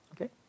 Okay